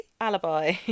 alibi